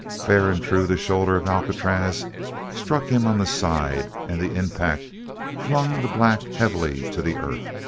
fair and true the shoulder of alcatraz struck him on the side and the impact flung the black heavily to the earth.